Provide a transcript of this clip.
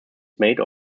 made